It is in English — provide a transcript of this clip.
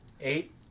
Eight